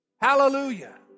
Hallelujah